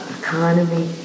economy